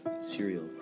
cereal